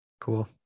cool